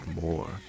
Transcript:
more